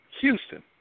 Houston